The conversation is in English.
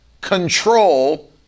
control